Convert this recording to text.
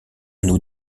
nous